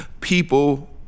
people